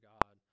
God